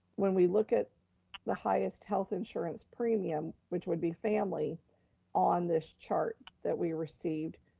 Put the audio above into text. when we look at the highest health insurance premium, which would be family on this chart that we received,